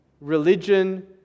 religion